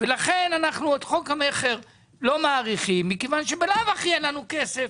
ולכן אנחנו את חוק המכר לא מאריכים מכיוון שבלאו הכי אין לנו כסף.